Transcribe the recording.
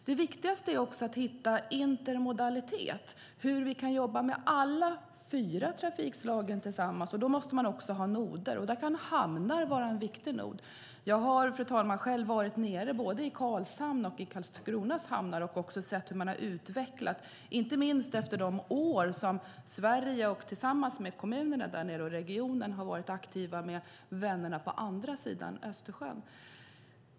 Det viktigaste är att hitta intermodalitet, hur vi kan jobba med alla fyra trafikslagen tillsammans. Då måste man ha noder, och hamnar kan vara en viktig nod. Jag har, fru talman, själv varit i Karlshamns och Karlskronas hamnar och sett hur de har utvecklats, inte minst efter de år som man i dessa kommuner och i regionen varit aktiva med vännerna på andra sidan Östersjön.